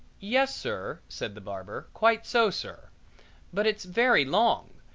yes, sir, said the barber, quite so, sir but it's very long,